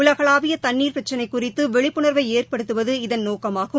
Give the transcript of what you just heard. உலகளாவியதண்ணீர் பிரச்சினைகுறிததுவிழிப்புணர்வைஏற்படுத்துவது இதன் நோக்கமாகும்